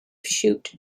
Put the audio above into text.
shoot